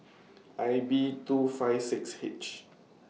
I B two five six H